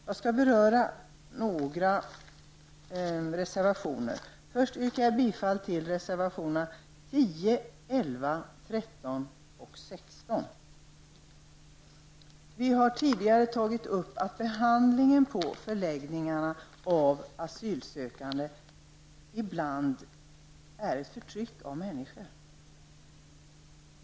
Jag skall kommentera några reservationer. Först yrkar jag bifall till reservatonerna 10, 11, 13 och 16. Vi har tidigare tagit upp att behandlingen av asylsökande på förläggningarna ibland innebär förtryck av människor.